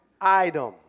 item